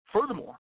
Furthermore